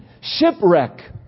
shipwreck